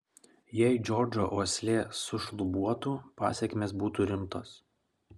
jei džordžo uoslė sušlubuotų pasekmės būtų rimtos